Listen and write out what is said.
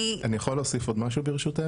אני יכול להוסיף עוד משהו ברשותך?